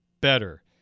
better